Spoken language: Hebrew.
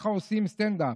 ככה עושים סטנדאפ: